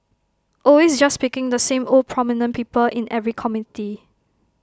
always just picking the same old prominent people in every committee